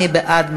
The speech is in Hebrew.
מי בעד?